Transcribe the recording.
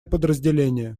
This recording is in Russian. подразделение